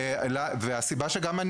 זה